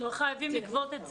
לא חייבים לגבות את זה.